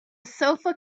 sofa